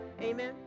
Amen